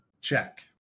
check